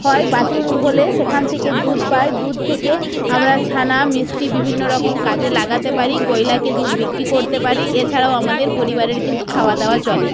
হয় বাছুর হলে সেখান থেকে দুধ পাই দুধ থেকে আমরা ছানা মিষ্টি বিভিন্ন রকম কাজে লাগাতে পারি গয়লাকে দুধ বিক্রি করতে পারি এছাড়াও আমাদের পরিবারের কিন্তু খাওয়া দাওয়া চলে